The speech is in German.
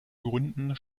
gründen